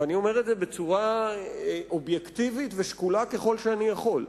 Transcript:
ואני אומר את זה בצורה אובייקטיבית ושקולה ככל שאני יכול.